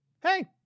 Hey